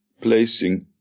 placing